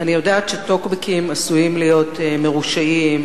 אני יודעת שטוקבקים עשויים להיות מרושעים,